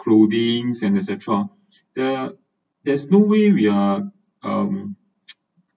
clothings and et cetera the there's no way we are um